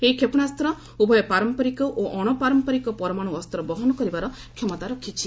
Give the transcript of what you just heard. ଏହି କ୍ଷେପଶାସ୍ତ ଉଭୟ ପାରମ୍ପରିକ ଓ ଅଣପାରମ୍ପାରିକ ପରମାଣୁ ଅସ୍ତ୍ର ବହନ କରିବାର କ୍ଷମତା ରଖିଛି